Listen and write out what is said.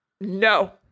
no